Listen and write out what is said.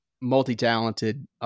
multi-talented